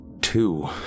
Two